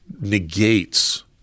negates